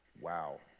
wow